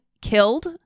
killed